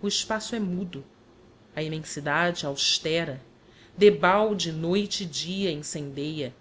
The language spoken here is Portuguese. o espaço é mudo a immensidade austera de balde noite e dia incendeia